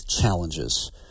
challenges –